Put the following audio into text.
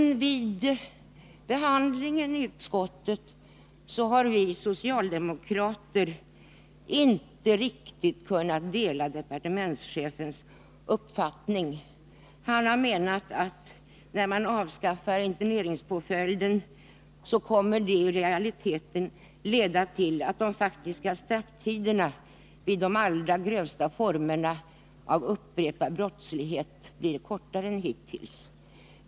Men vid behandlingen i utskottet har vi socialdemokrater inte riktigt kunnat dela departementschefens uppfattning. Han menar, att när man avskaffar interneringspåföljden, kommer det att i realiteten leda till att de faktiska strafftiderna vid de allra grövsta formerna av upprepad brottslighet blir kortare än hittills.